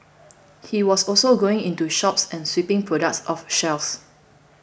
he was also going into shops and sweeping products off shelves